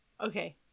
Okay